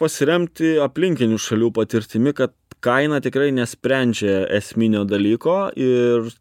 pasiremti aplinkinių šalių patirtimi ka kaina tikrai nesprendžia esminio dalyko ir